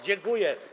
Dziękuję.